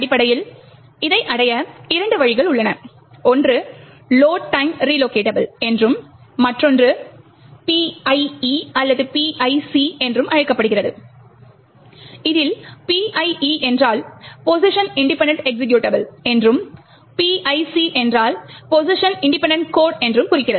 அடிப்படையில் இதை அடைய இரண்டு வழிகள் உள்ளன ஒன்று லோட் டைம் ரிலோகெட்டபுள் என்றும் மற்றொன்று PIE அல்லது PIC என்றும் அழைக்கப்படுகிறது இதில் PIE என்றால் பொஸிஷன் இண்டிபெண்டன்ட் எக்சிகியூடபுள் என்றும் மற்றும் PIC என்றால் பொஸிஷன் இண்டிபெண்டன்ட் கோட் என்றும் குறிக்கிறது